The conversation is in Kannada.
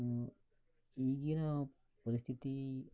ಈಗಿನ ಪರಿಸ್ಥಿತಿ